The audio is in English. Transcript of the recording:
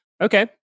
okay